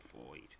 void